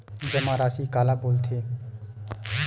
जमा राशि काला बोलथे?